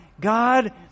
God